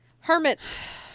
Hermits